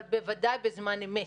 אבל בוודאי בזמן אמת,